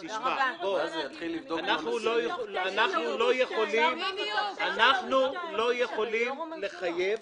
אנחנו לא יכולים לחייב.